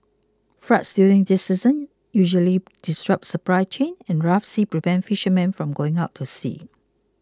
floods during this season usually disrupt supply chains and rough seas prevent fishermen from going out to sea